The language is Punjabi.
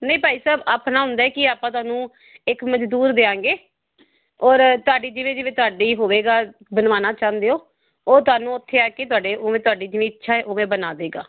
ਨਹੀਂ ਭਾਈ ਸਾਹਿਬ ਆਪਣਾ ਹੁੰਦਾ ਕੀ ਆਪਾਂ ਤੁਹਾਨੂੰ ਇੱਕ ਮਜ਼ਦੂਰ ਦਿਆਂਗੇ ਔਰ ਤੁਹਾਡੀ ਜਿਵੇਂ ਜਿਵੇਂ ਤੁਹਾਡੀ ਹੋਵੇਗਾ ਬਣਵਾਉਣਾ ਚਾਹੁੰਦੇ ਹੋ ਉਹ ਤੁਹਾਨੂੰ ਉੱਥੇ ਆ ਕੇ ਤੁਹਾਡੇ ਉਵੇਂ ਤੁਹਾਡੀ ਜਿਵੇਂ ਇੱਛਾ ਹੈ ਉਵੇਂ ਬਣਾ ਦੇਗਾ